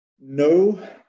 No